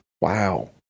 wow